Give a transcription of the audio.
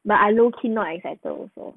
but I know she not excited also